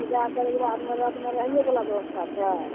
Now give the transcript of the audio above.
पूजा करैके बादमे रातिमे रहयो बला बेबस्था छै